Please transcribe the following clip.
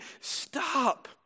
stop